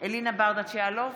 אלינה ברדץ' יאלוב,